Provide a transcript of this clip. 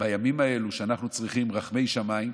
בימים האלה, כשאנחנו צריכים רחמי שמיים,